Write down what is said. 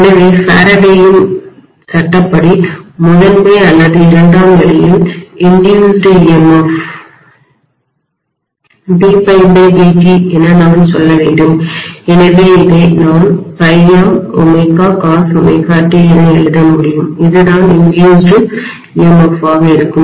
எனவே ஃபாரடேயின் சட்டப்படி முதன்மை அல்லது இரண்டாம் நிலையில் இன்டியூஸ்டு தூண்டப்பட்ட EMF d∅dt என நான் சொல்ல வேண்டும் எனவே இதை நான் ∅mcos ωt என எழுத முடியும் இதுதான் இன்டியூஸ்டு தூண்டப்பட்ட EMF ஆக இருக்கும்